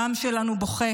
העם שלנו בוכה